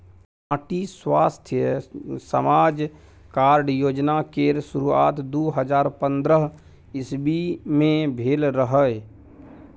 माटि स्वास्थ्य जाँच कार्ड योजना केर शुरुआत दु हजार पंद्रह इस्बी मे भेल रहय